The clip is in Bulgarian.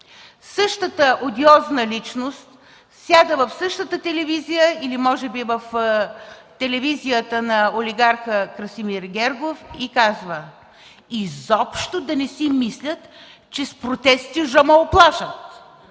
Същата одиозна личност сяда в същата телевизия, или може би в телевизията на олигарха Красимир Гергов, и казва: „Изобщо да не си мислят, че с протести жа ма уплашат.